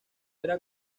era